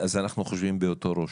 אז אנחנו חושבים באותו ראש,